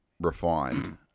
refined